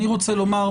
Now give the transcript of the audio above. אני רוצה לומר,